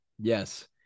Yes